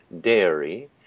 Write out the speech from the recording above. dairy